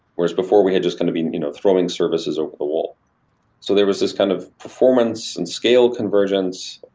whereas, before we had just kind of been you know throwing services over the wall so there was this kind of performance and scale convergence,